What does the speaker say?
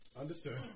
Understood